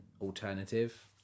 alternative